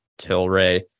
Tilray